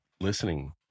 listening